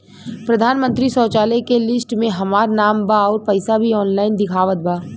प्रधानमंत्री शौचालय के लिस्ट में हमार नाम बा अउर पैसा भी ऑनलाइन दिखावत बा